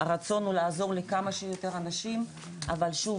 הרצון הוא לעזור לכמה שיותר אנשים אבל שוב